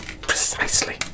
Precisely